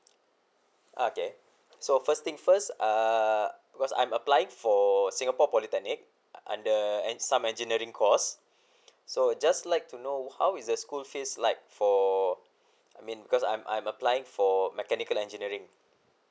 okay so first thing first uh because I'm applying for singapore polytechnic under and some engineering course so just like to know how is the school fees like for I mean because I'm I'm applying for mechanical engineering